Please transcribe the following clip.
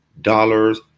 dollars